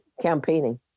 campaigning